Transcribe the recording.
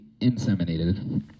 inseminated